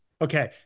Okay